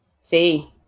See